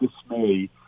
dismay